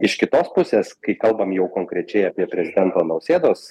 iš kitos pusės kai kalbam jau konkrečiai apie prezidento nausėdos